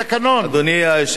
אדוני היושב-ראש,